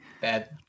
bad